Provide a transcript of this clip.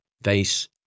Face